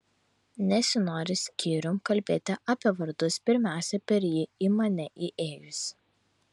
nesinori skyrium kalbėti apie vardus pirmiausia per jį į mane įėjusius